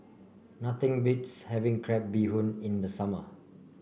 nothing beats having Crab Bee Hoon in the summer